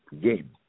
game